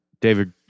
David